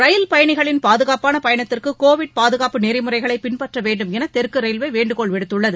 ரயில் பயணிகளின் பாதுகாப்பான பயணத்துக்கு கோவிட் பாதுகாப்பு நெறிமுறைகளை பின்பற்ற வேண்டும் என தெற்கு ரயில்வே வேண்டுகோள் விடுத்துள்ளது